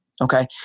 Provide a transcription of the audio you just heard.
Okay